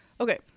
okay